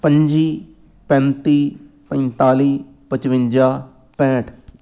ਪੰਝੀ ਪੈਂਤੀ ਪੰਤਾਲੀ ਪਚਵੰਜਾ ਪੈਂਹਠ